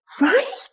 Right